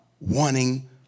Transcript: wanting